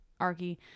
Arky